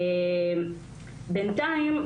בינתיים,